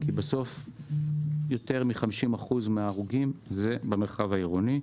כי יותר מ-50% מההרוגים הם במרחב העירוני.